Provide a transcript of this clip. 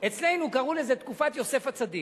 אצלנו קראו לזה תקופת יוסף הצדיק.